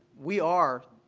we are,